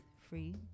Free